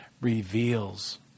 reveals